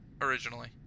originally